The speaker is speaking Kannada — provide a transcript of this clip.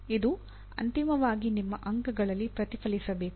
ಇದು ಅಂತಿಮವಾಗಿ ನಿಮ್ಮ ಅಂಕಗಳಲ್ಲಿ ಪ್ರತಿಫಲಿಸಬೇಕು